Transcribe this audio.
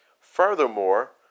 Furthermore